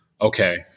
okay